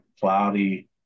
cloudy